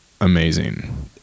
amazing